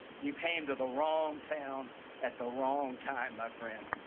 you came to the wrong town at the wrong time, my friend.